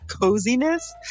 coziness